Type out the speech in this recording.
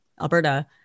Alberta